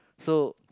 so